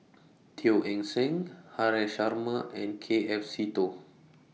Teo Eng Seng Haresh Sharma and K F Seetoh